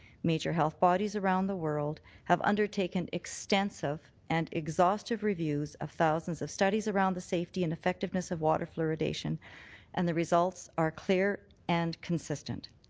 major health bodies from around the world have undertaken extensive and exhaustive reviews of thousands of studies around the safety and effectiveness of water fluoridation and the results are clear and consistent.